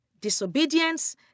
disobedience